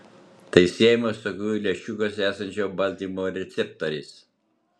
tai siejama su akių lęšiukuose esančio baltymo receptoriais